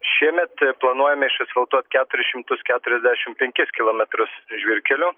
šiemet planuojame išasfaltuot keturis šimtus keturiasdešim penkis kilometrus žvyrkelių